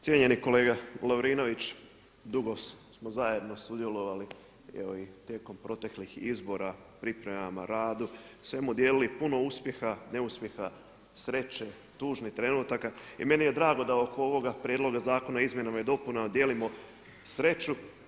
Cijenjeni kolega Lovrinović dugo smo zajedno sudjelovali evo i tijekom proteklih izbora u pripremama, radu, u svemu dijelili puno uspjeha i neuspjeha, sreće, tužnih trenutaka i meni je drago da oko ovoga prijedloga zakona o izmjenama i dopunama dijelimo sreću.